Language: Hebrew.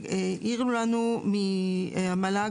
העירו לנו מהמל"ג,